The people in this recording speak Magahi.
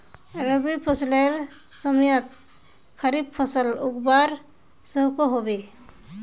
रवि फसलेर समयेत खरीफ फसल उगवार सकोहो होबे?